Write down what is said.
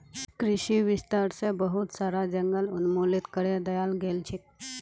कृषि विस्तार स बहुत सारा जंगल उन्मूलित करे दयाल गेल छेक